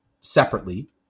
separately